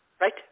Right